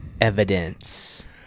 evidence